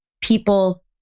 people